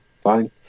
fine